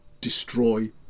destroy